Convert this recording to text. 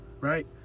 Right